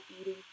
eating